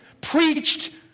preached